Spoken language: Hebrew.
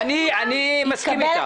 אני מסכים איתך.